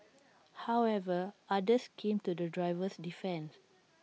however others came to the driver's defence